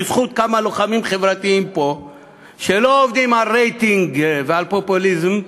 בזכות כמה לוחמים חברתיים פה שלא עובדים על רייטינג ועל פופוליזם,